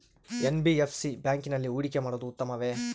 NBFC ಬ್ಯಾಂಕಿನಲ್ಲಿ ಹೂಡಿಕೆ ಮಾಡುವುದು ಉತ್ತಮವೆ?